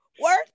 Work